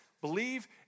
believe